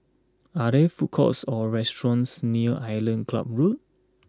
are there food courts or restaurants near Island Club Road